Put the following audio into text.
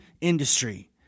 industry